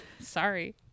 Sorry